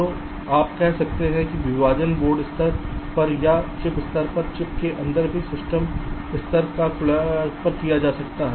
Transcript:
तो आप कह सकते हैं कि विभाजन बोर्ड स्तर पर या चिप स्तर पर चिप के अंदर भी सिस्टम स्तर पर किया जा सकता है